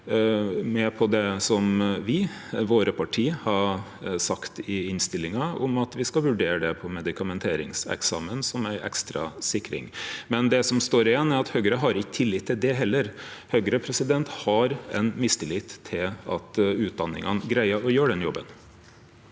heilt med på det som me – våre parti – har sagt i innstillinga, om at me skal vurdere det for medikamentrekningseksamen som ei ekstra sikring. Men det som står igjen, er at Høgre ikkje har tillit til det heller. Høgre har ein mistillit til at utdanningane greier å gjere den jobben.